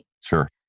Sure